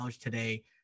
today